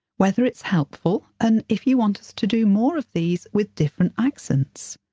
whether it's helpful, and if you want us to do more of these with different accents.